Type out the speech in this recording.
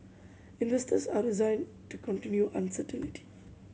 investors are resigned to continuing uncertainty